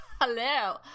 hello